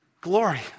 glory